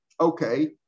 okay